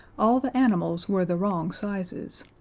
all the animals were the wrong sizes!